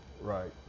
right